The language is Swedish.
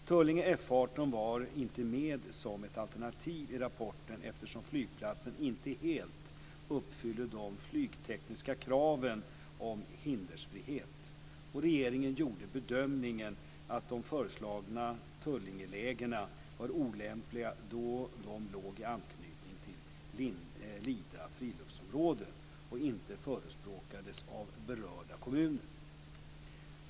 Tullinge F 18 var inte med som ett alternativ i rapporten eftersom flygplatsen inte helt uppfyller de flygtekniska kraven om hindersfrihet. Regeringen gjorde bedömningen att de föreslagna Tullingelägena var olämpliga då de låg i anknytning till Lida friluftsområde, och inte förespråkades av berörda kommuner.